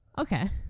Okay